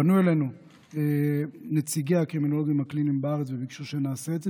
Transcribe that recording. פנו אלינו נציגי הקרימינולוגים הקליניים בארץ וביקשו שנעשה את זה.